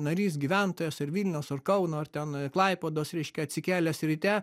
narys gyventojas ar vilniaus ar kauno ar ten klaipėdos reiškia atsikėlęs ryte